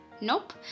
nope